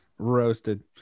roasted